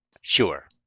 Sure